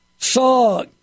Saw